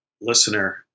listener